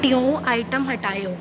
टियों आइट्म हटायो